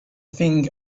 thing